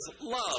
love